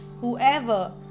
whoever